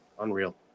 unreal